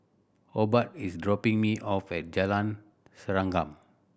Obed is dropping me off at Jalan Serengam